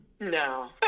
No